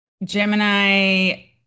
Gemini